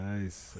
Nice